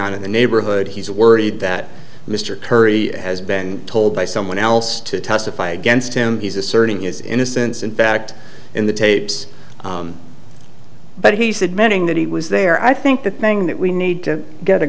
on in the neighborhood he's worried that mr curry has been told by someone else to testify against him he's asserting his innocence in fact in the tapes but he said mending that he was there i think the thing that we need to get a